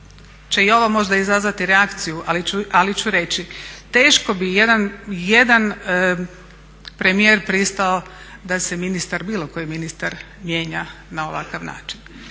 će i ovo možda izazvati reakciju ali ću reći, teško bi ijedan premijer pristao da se ministar bilo koji ministar mijenja na ovakav način.